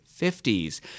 50s